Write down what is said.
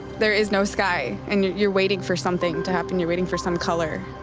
there is no sky, and you're you're waiting for something to happen. you're waiting for some color.